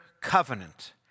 covenant